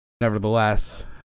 Nevertheless